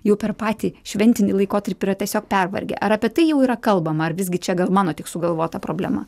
jau per patį šventinį laikotarpį yra tiesiog pervargę ar apie tai jau yra kalbama ar visgi čia gal mano tik sugalvota problema